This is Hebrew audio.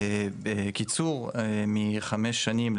קיצור מחמש שנים,